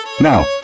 Now